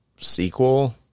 sequel